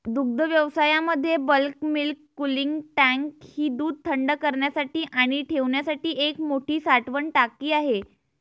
दुग्धव्यवसायामध्ये bulk milk cooling tank ही दूध थंड करण्यासाठी आणि ठेवण्यासाठी एक मोठी साठवण टाकी आहे